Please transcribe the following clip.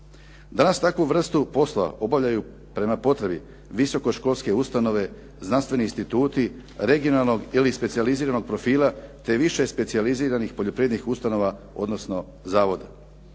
Danas takvu vrstu posla obavljaju prema potrebi visokoškolske ustanove, znanstveni instituti regionalnog ili specijaliziranog profila, te više specijaliziranih poljoprivrednih ustanova, odnosno zavoda.